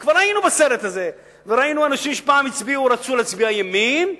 וכבר היינו בסרט הזה וראינו אנשים שפעם רצו להצביע ימין,